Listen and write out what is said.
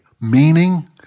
Meaning